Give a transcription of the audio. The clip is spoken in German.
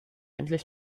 endlich